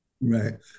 Right